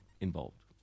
involved